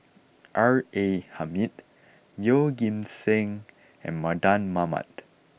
R A Hamid Yeoh Ghim Seng and Mardan Mamat